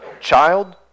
child